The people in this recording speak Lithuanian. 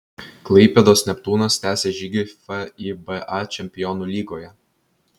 klaipėdos neptūnas tęsia žygį fiba čempionų lygoje